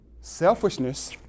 Selfishness